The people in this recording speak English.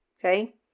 okay